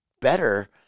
better